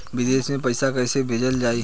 विदेश में पईसा कैसे भेजल जाई?